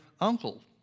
uncle